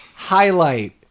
highlight